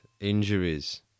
injuries